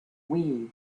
wii